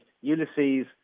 Ulysses